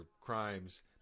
crimes